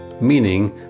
meaning